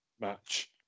match